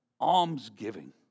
almsgiving